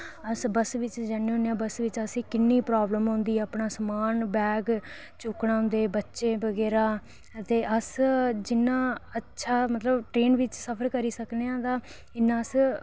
अस बस्स बिच जन्ने होन्ने आं भगोआन नै असेंगी किन्नी प्रॉब्लम होंदी ऐ अपना समान बैग चुक्कना बच्चे बगैरा ते अस जिन्ना अच्छा ट्रेन बिच सफर करी सकने आं तां इन्ना अस